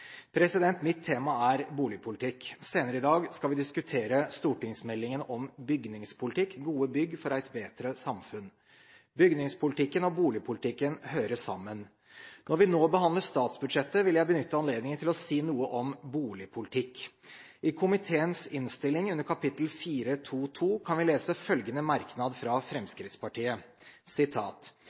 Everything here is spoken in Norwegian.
Mitt tema er boligpolitikk. Senere i dag skal vi diskutere stortingsmeldingen om bygningspolitikk, Gode bygg for eit betre samfunn. Bygningspolitikken og boligpolitikken hører sammen. Når vi nå behandler statsbudsjettet, vil jeg benytte anledningen til å si noe om boligpolitikk. I komiteens innstilling under punkt 4.2.2 kan vi lese følgende merknad fra Fremskrittspartiet: